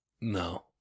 No